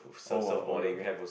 oh !wow! okay okay